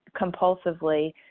compulsively